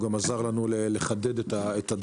הוא גם עזר לנו לחדד את הדברים.